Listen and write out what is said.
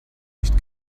nicht